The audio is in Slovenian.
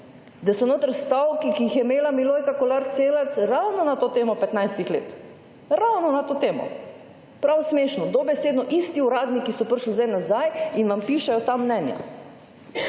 da so notri stavki, ki jih je imela Milojka Kolar Celarc ravno na to temo 15-ih let, ravno na to temo. Prav smešno, dobesedno isti uradniki so prišli zdaj nazaj in vam pišejo ta mnenja.